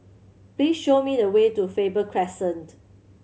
please show me the way to Faber Crescent